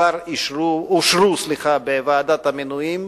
כבר אושרו בוועדת המינויים.